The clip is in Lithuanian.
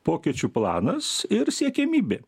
pokyčių planas ir siekiamybė